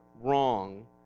wrong